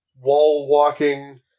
wall-walking